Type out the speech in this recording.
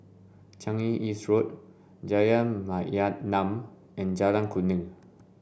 Changi East Road Jalan Mayaanam and Jalan Kuning